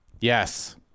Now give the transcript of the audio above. Yes